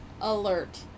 alert